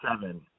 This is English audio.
seven